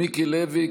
מיקי לוי,